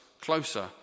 Closer